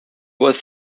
was